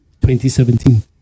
2017